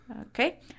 Okay